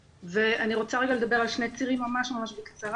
אני רוצה רגע לדבר על שני צירים ממש בקצרה,